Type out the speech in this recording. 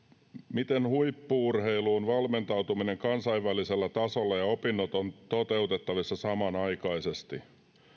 miten huippu urheiluun valmentautuminen kansainvälisellä tasolla ja opinnot on toteutettavissa samanaikaisesti